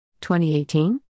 2018